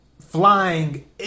flying